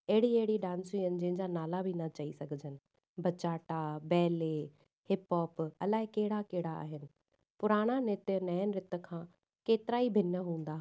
अहिड़ी अहिड़ी डांसूं आहिनि जहिंजा नाला बि न चई सघजनि बचाटा बैले हिप हॉप अलाए कहिड़ा कहिड़ा आहिनि पुराणा नृत्य नए नृत्यनि खां केतिरा ई भिन हूंदा हुआ